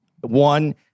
one